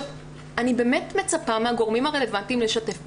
אני באמת מצפה מהגורמים הרלוונטיים לשתף פעולה.